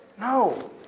No